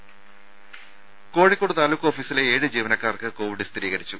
രുമ കോഴിക്കോട് താലൂക്ക് ഓഫീസിലെ ഏഴ് ജീവനക്കാർക്ക് കോവിഡ് സ്ഥിരീകരിച്ചു